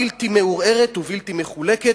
בלתי מעורערת ובלתי מחולקת.